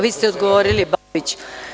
Vi ste odgovorili Babiću.